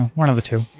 one of the two.